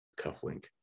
cufflink